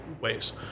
ways